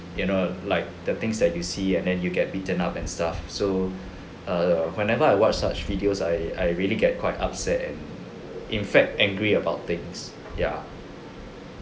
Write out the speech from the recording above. you know like the things that you see and then you get beaten up and stuff so err whenever I watch such videos I I really get quite upset and in fact angry about things ya